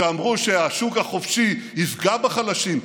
שאמרו שהשוק החופשי יפגע בחלשים.